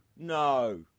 No